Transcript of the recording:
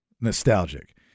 nostalgic